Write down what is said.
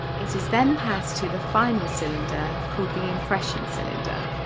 it is then passed to the final cylinder called the impression cylinder.